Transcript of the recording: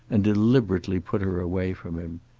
and deliberately put her away from him.